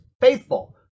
faithful